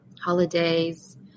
Holidays